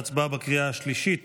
אנחנו נעבור להצבעה בקריאה השלישית